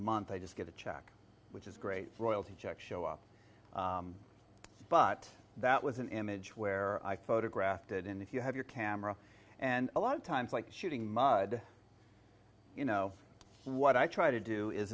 month i just get a check which is great royalty checks show up but that was an image where i photographed it and if you have your camera and a lot of times like shooting mud you know what i try to do is